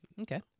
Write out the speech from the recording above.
Okay